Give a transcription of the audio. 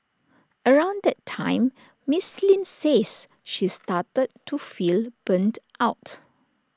around that time miss Lin says she started to feel burnt out